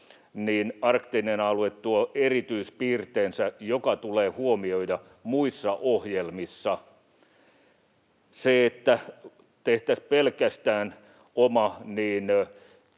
arktinen alue tuo erityispiirteensä, mikä tulee huomioida muissa ohjelmissa. Sen osalta, että tehtäisiin pelkästään oma,